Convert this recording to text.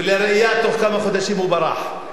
ולראיה, תוך כמה חודשים הוא ברח.